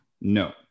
No